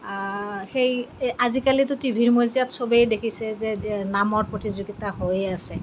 সেই আজিকালিতো টিভিৰ মজিয়াত চবেই দেখিছে যে নামৰ প্ৰতিযোগিতা হৈয়ে আছে